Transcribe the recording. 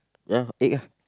ya egg ah